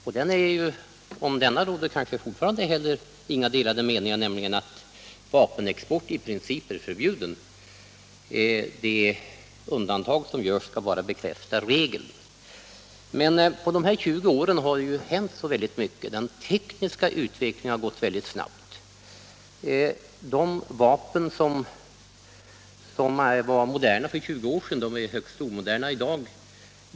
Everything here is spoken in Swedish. Om denna princip, nämligen att vapenexport är förbjuden, råder kanske fortfarande inga delade meningar, utan de undantag som görs bekräftar bara regeln. Men på dessa 20 år har det hänt väldigt mycket. Den tekniska utvecklingen har gått oerhört snabbt, och de vapen som var moderna för 20 år sedan är högst omoderna i dag.